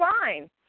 fine